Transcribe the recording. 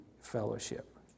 fellowship